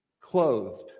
Clothed